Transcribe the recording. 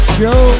show